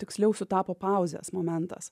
tiksliau sutapo pauzės momentas